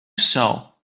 sew